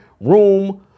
room